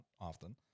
often